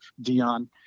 Dion